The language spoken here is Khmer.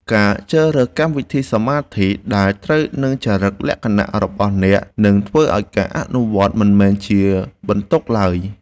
ការជ្រើសរើសកម្មវិធីសមាធិដែលត្រូវនឹងចរិតលក្ខណៈរបស់អ្នកនឹងធ្វើឱ្យការអនុវត្តមិនមែនជាបន្ទុកឡើយ។